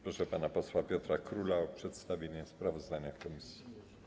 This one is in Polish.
Proszę pana posła Piotra Króla o przedstawienie sprawozdania komisji.